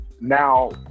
now